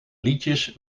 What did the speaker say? liedjes